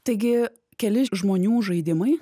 taigi keli žmonių žaidimai